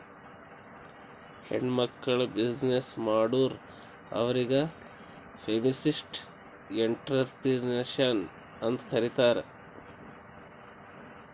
ಹೆಣ್ಮಕ್ಕುಳ್ ಬಿಸಿನ್ನೆಸ್ ಮಾಡುರ್ ಅವ್ರಿಗ ಫೆಮಿನಿಸ್ಟ್ ಎಂಟ್ರರ್ಪ್ರಿನರ್ಶಿಪ್ ಅಂತ್ ಕರೀತಾರ್